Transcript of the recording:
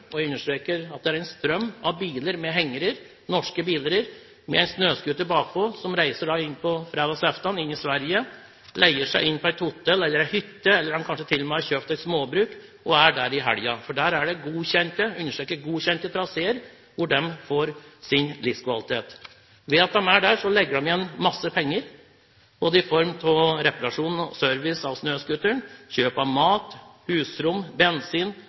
og jeg understreker en strøm – av norske biler med hengere med snøscooter bakpå som reiser inn fredag ettermiddag til Sverige, leier seg inn på hotell, hytte eller kanskje de til og med har kjøpt et småbruk, og er der i helgen. Der er det godkjente – jeg understreker godkjente – traseer. Det å bruke dem gir dem livskvalitet. Ved at de er der, legger de igjen mange penger både i form av reparasjoner og service på snøscooteren, kjøp av mat, husrom, bensin,